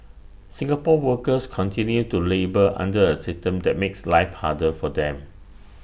Singapore's workers continue to labour under A system that makes life harder for them